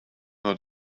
nor